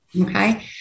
okay